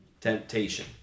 temptation